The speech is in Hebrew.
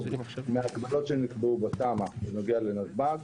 מההגבלות שנקבעו בתמ"א בנוגע לנתב"ג.